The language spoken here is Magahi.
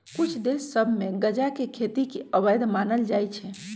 कुछ देश सभ में गजा के खेती के अवैध मानल जाइ छै